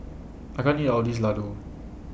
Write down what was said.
I can't eat All of This Laddu